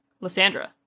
Lysandra